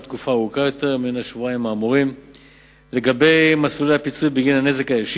נפגעים רבים בשדרות טועים בבחירת מסלול הפיצויים המועדף עליהם.